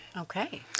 Okay